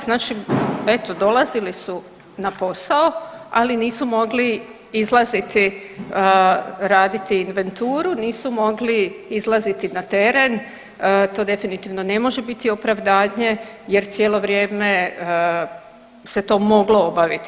Znači eto dolazili su na posao, ali nisu mogli izlaziti raditi inventuru, nisu mogli izlaziti na teren to definitivno ne može biti opravdanje jer cijelo vrijeme se to moglo obaviti.